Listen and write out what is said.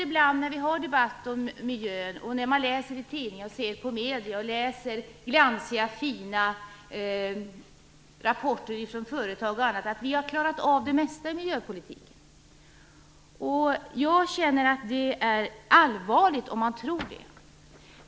Ibland när vi har debatt om miljön, när man läser tidningar, när man tar del av medierna och när man läser glansiga fina rapporter från företag verkar det som om vi har klarat av det mesta i miljöpolitiken. Jag känner att det är allvarligt om man tror det.